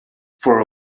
for